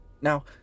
Now